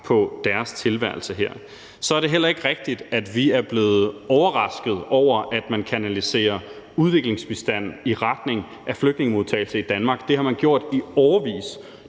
på deres tilværelse her. Så er det heller ikke rigtigt, at vi er blevet overrasket over, at man kanaliserer udviklingsbistand i retning af flygtningemodtagelse i Danmark. Det har man gjort i årevis.